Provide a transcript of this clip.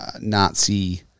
Nazi